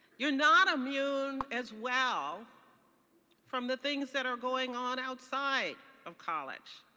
you're not immune as well from the things that are going on outside of college.